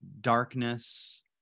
darkness